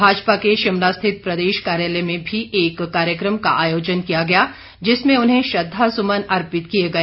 भाजपा के शिमला स्थित प्रदेश कार्यालय में भी एक कार्यक्रम का आयोजन किया गया जिसमें उन्हें श्रद्वासुमन अर्पित किए गए